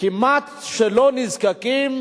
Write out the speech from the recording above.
ושכמעט ולא נזקקים